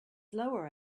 lower